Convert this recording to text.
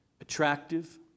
attractive